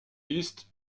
east